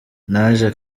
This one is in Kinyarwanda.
naje